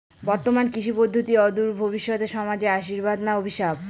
বর্তমান কৃষি পদ্ধতি অদূর ভবিষ্যতে সমাজে আশীর্বাদ না অভিশাপ?